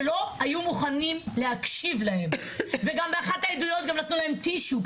שלא היו מוכנים להקשיב להן וגם באחת העדויות גם נתנו להן טישו,